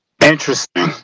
interesting